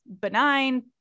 benign